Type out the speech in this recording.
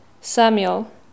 Samuel